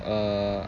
uh